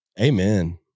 Amen